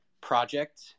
project